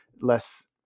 less